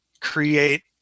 create